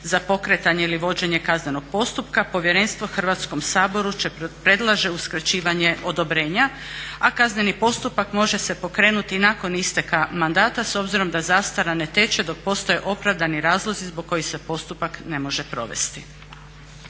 za pokretanje ili vođenje kaznenog postupka Povjerenstvo Hrvatskom saboru predlaže uskraćivanje odobrenja, a kazneni postupak može se pokrenuti nakon isteka mandata s obzirom da zastara ne teče dok postoje opravdani razlozi zbog kojih se postupak ne može provesti.